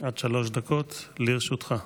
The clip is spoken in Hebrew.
עד שלוש דקות לרשותך.